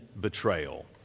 betrayal